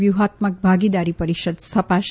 વ્યૂહાત્મક ભાગીદારી પરિષદ સ્થપાશે